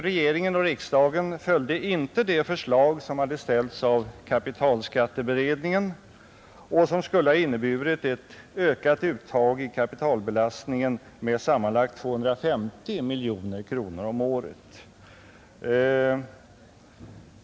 Regeringen och riksdagen följde inte det förslag som hade ställts av kapitalskatteberedningen och som skulle ha inneburit ett ökat uttag med sammanlagt 250 miljoner kronor om året.